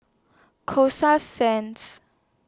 Coasta Sands